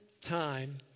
time